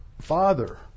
father